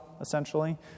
essentially